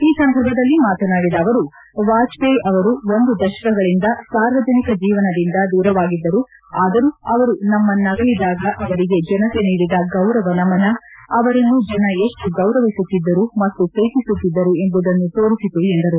ಈ ಸಂದರ್ಭದಲ್ಲಿ ಮಾತನಾಡಿದ ಅವರು ವಾಜಪೇಯಿ ಅವರು ಒಂದು ದಶಕಗಳಿಂದ ಸಾರ್ವಜನಿಕ ಜೀವನದಿಂದ ದೂರವಾಗಿದ್ದರು ಆದರೂ ಅವರು ನಮ್ನನ್ನಗಲಿದಾಗ ಅವರಿಗೆ ಜನತೆ ನೀಡಿದ ಗೌರವ ನಮನ ಅವರನ್ನು ಜನ ಎಷ್ಟು ಗೌರವಿಸುತ್ತಿದ್ದರು ಮತ್ತು ಪ್ರೀತಿಸುತ್ತಿದ್ದರು ಎಂಬುದನ್ನು ತೋರಿಸಿತು ಎಂದರು